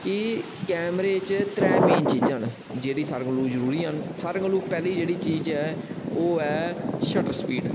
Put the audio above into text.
कि कैमरे च त्रै मेन चीजां न जेह्ड़ी सारें कोला जरूरी आं न सारें कोला पैह्लें जेह्ड़ी चीज ऐ ओह् ऐ शटर स्पीड़